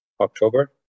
October